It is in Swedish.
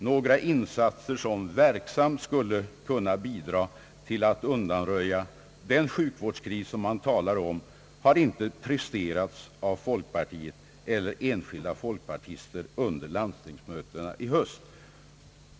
Några insatser som verksamt skulle kunna bidra till att undanröja den sjukvårdskris, som man talar om, har inte presterats av folkpartiet eller enskilda folkpartister under landstingsmötena i höst.